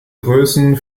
größen